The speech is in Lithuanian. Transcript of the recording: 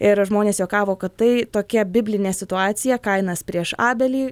ir žmonės juokavo kad tai tokia biblinė situacija kainas prieš abelį